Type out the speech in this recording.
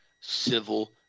civil